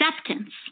acceptance